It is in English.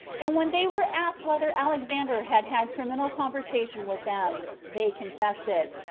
and when they were asked whether alexander had had criminal conversation with them, they confessed it,